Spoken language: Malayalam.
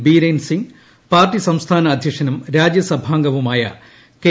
ബിരേൻ സിംഗ് പാർട്ടി സംസ്ഥാന അദ്ധ്യക്ഷനും രാജ്യസഭാംഗവുമായ കെ